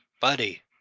buddy